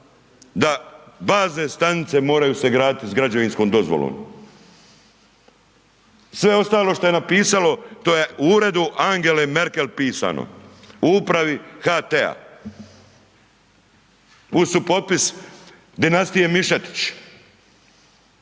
da bazne stanice, moraju se graditi s građevinskom dozvolu. Sve ostalo što je napisalo, to je u uredu Angele Merkel pisano, u upravi HT-a, uz supotpis dinastije Mišetić.